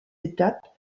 étapes